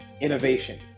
Innovation